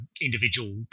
individual